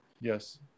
Yes